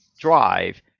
drive